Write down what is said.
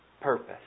purpose